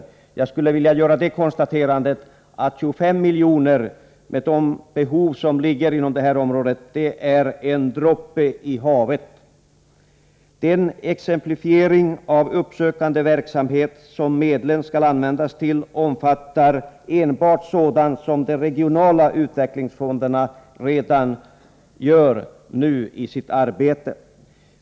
25 miljoner är med tanke på de behov som finns i det här området en droppe i havet. Den uppsökande verksamhet som medlen skall användas till omfattar enbart sådant som de regionala utvecklingsfonderna redan gör.